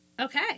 Okay